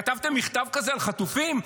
כתבתם מכתב כזה על חטופים?